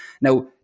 Now